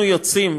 אנחנו יוצאים,